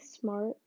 smart